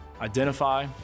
Identify